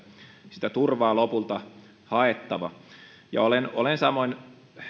sitä turvaa lopulta haettava ja olen olen samoin